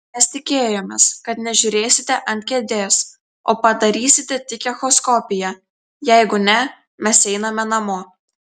mes tikėjomės kad nežiūrėsite ant kėdės o padarysite tik echoskopiją jeigu ne mes einame namo